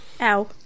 Ow